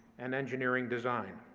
and engineering design.